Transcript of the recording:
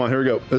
um here we go. ah